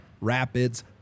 rapids